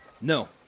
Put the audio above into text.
No